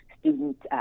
students